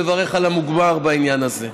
לברך על המוגמר בעניין הזה.